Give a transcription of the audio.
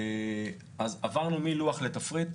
עברנו מלוח לתפריט.